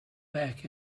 back